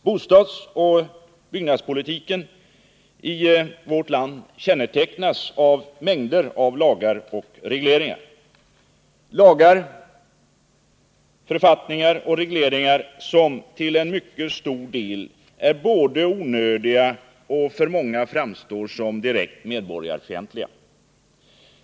Bostadsoch byggnadspolitiken i vårt land kännetecknas av mängder av lagar, författningar och regleringar, som till en mycket stor del är onödiga och för många framstår som direkt medborgarfientliga.